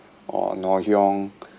or ngor hiang